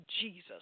Jesus